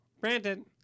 Brandon